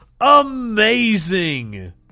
amazing